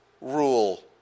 rule